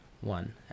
one